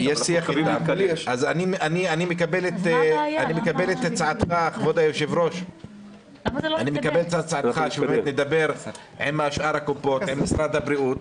אני מקבל את הצעתך כבוד היו"ר שבאמת נדבר עם שאר הקופות,